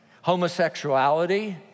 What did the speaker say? homosexuality